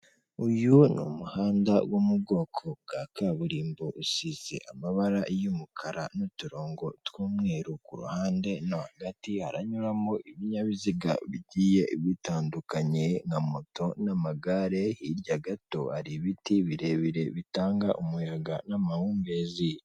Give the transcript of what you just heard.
Uyu ni umuhanda wo mu bwoko bwa kaburimbo usize amabara y'umukara n'uturongo tw'umweru, ku ruhande no hagati haranyuramo ibinyabiziga bigiye bitandukanye nka moto n'amagare, hirya gato hari ibiti birebire bitanga umuyaga n'amahumbezi.